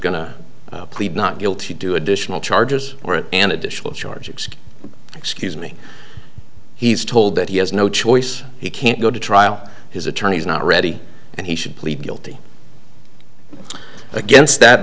to plead not guilty do additional charges or an additional charges excuse me he's told that he has no choice he can't go to trial his attorney is not ready and he should plead guilty against that